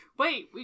Wait